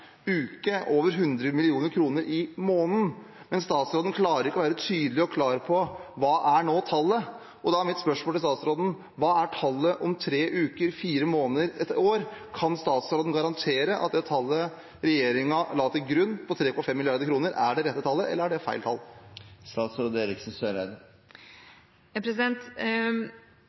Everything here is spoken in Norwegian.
uke, over 100 mill. kr i måneden, men statsråden klarer ikke å være tydelig og klar på hva tallet er nå. Da er mitt spørsmål til statsråden: Hva er tallet om tre uker, fire måneder, ett år? Kan statsråden garantere at det tallet regjeringen la til grunn, 3,5 mrd. kr, er det rette tallet? Eller er det feil tall?